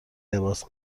لباس